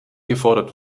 gefordert